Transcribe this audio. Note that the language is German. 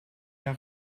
der